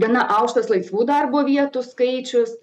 gana aukštas laisvų darbo vietų skaičius